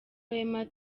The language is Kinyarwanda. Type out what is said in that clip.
wema